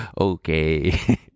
okay